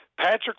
Patrick